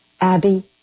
Abby